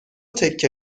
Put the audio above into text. تکه